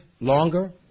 longer